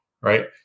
Right